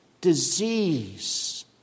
disease